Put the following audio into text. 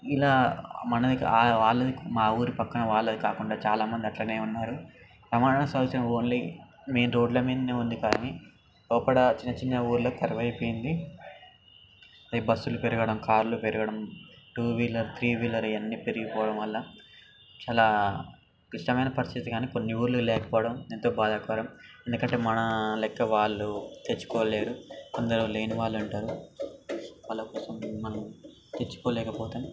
ఇలా మనకు వాళ్ళు వాళ్ళ నుంచి మా ఊరి పక్కన వాళ్ళది కాకుండా చాలా మంది అట్లనే ఉన్నారు రవాణా సౌకర్యం ఓన్లీ మెయిన్ రోడ్లమీదనే ఉంది కానీ లోపల చిన్న చిన్న ఊరులో కరువు అయిపోయింది రేపు బస్సులు పెరగడం కార్లు పెరగడం టూ వీలర్ త్రీ వీలర్ ఇవన్నీ పెరిగిపోవడం వల్ల చాలా క్లిష్టమైన పరిస్థితి కానీ కొన్ని ఊర్లో లేకపోవడం ఎంతో బాధాకరం ఎందుకంటే మన లెక్క వాళ్ళు తెచ్చుకోలేరు కొందరు లేని వారు ఉంటారు వాళ్ళ కోసం మనం తెచ్చుకోలేకపోతాం